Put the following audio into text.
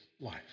life